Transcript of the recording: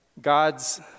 God's